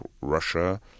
Russia